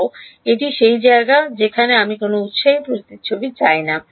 Γ এটি সেই জায়গা যেখানে আমি কোনও উত্সাহী প্রতিচ্ছবি চাই না